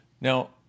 Now